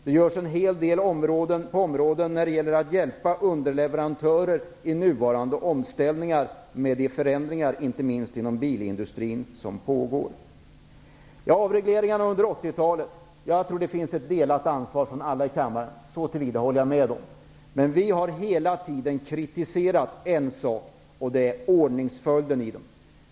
Det görs på en hel del områden där det gäller att hjälpa underleverantörer under nuvarande omställningar, inte minst inom bilindustrin. Jag tror att det finns ett delat ansvar från alla i kammaren för de avregleringar som genomfördes under 80-talet. Så till vida kan jag hålla med om detta. Men vi har hela tiden kritiserat ordningsföljden.